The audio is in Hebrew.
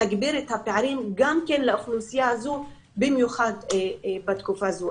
מגבירים את הפערים בקרב האוכלוסייה הזאת במיוחד בתקופה הזאת.